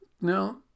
Now